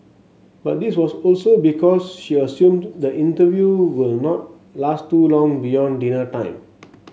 but this was also because she assumed the interview will not last too long beyond dinner time